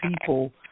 people